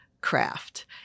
craft